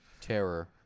Terror